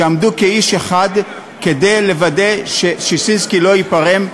שעמדו כאיש אחד כדי לוודא ששינסקי לא ייפרם,